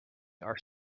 are